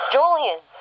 Julian